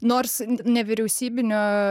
nors nevyriausybinio